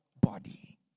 body